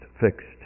fixed